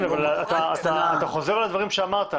כן, אבל אתה חוזר על הדברים שאמרת.